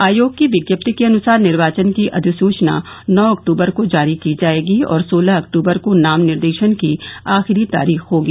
आयोग की विज्ञप्ति के अनुसार निर्वाचन की अधिसूचना नौ अक्टूबर को जारी की जायेगी और सोलह अक्टूबर को नाम निर्देशन की आखिरी तारीख होगी